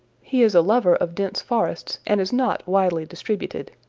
he is a lover of dense forests and is not widely distributed.